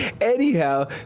Anyhow